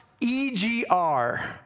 EGR